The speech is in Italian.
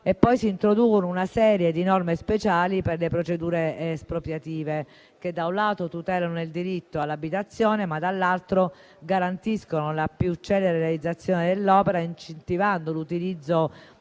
Si introducono, inoltre, una serie di norme speciali per le procedure espropriative che - da un lato - tutelano il diritto all'abitazione, ma - dall'altro - garantiscono la più celere realizzazione dell'opera, incentivando l'utilizzo